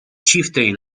chieftain